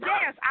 Yes